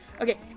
Okay